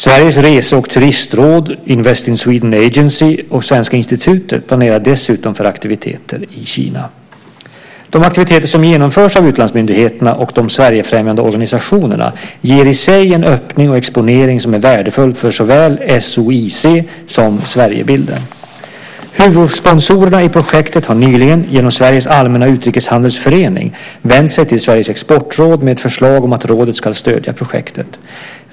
Sveriges Rese och Turistråd, Invest in Sweden Agency och Svenska institutet planerar dessutom för aktiviteter i Kina. De aktiviteter som genomförs av utlandsmyndigheterna och de Sverigefrämjande organisationerna ger i sig en öppning och exponering som är värdefull för såväl SOIC, Svenska Ostindiska Companiet, som Sverigebilden. Huvudsponsorerna i projektet har nyligen genom Sveriges allmänna utrikeshandelsförening vänt sig till Sveriges exportråd med ett förslag om att rådet ska stödja projektet.